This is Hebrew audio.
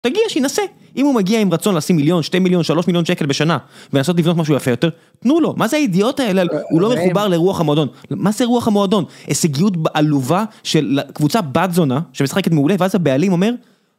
מגיע שינסה. אם הוא מגיע עם רצון לשים מיליון, שתי מיליון, שלוש מיליון שקל בשנה ולנסות לבנות משהו יפה יותר, תנו לו, מה זה הידיעות האלה? הוא לא מחובר לרוח המועדון, מה זה רוח המועדון? הישגיות עלובה של קבוצה בת זונה שמשחקת מעולה ואז הבעלים אומר...